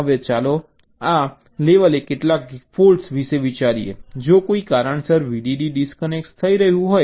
હવે ચાલો આ લેવલે કેટલાક ફૉલ્ટ્સ વિશે વિચારીએ જો કોઈ કારણસર VDD ડિસ્કનેક્ટ થઈ ગયું હોય